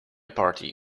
party